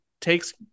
takes